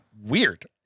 Weird